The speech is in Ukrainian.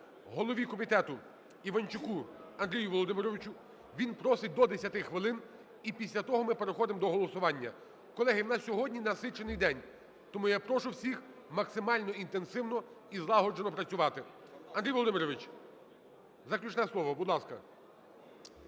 голові комітету Іванчуку Андрію Володимировичу. Він просить до 10 хвилин. І після того ми переходимо до голосування. Колеги, в нас сьогодні насичений день, тому я прошу всіх максимально інтенсивно і злагоджено працювати. Андрій Володимирович, заключне слово, будь ласка.